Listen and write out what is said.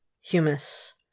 Humus